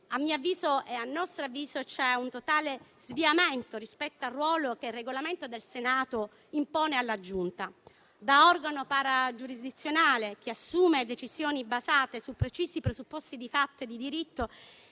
ordine generale. A nostro avviso, c'è un totale sviamento rispetto al ruolo che il Regolamento del Senato impone alla Giunta. Da organo paragiurisdizionale, che assume decisioni basate su precisi presupposti di fatto e di diritto,